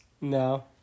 No